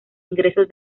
ingresos